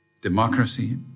democracy